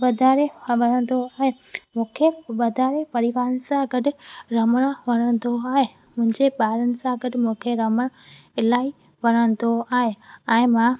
वधारे वणंदो आहे मूंखे वधारे परिवार सां गॾु रमण वणंदो आहे मुंहिंजे ॿारनि सां गॾु मूंखे रमण इलाही वणंदो आही ऐं मां